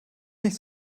nicht